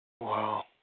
Wow